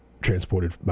transported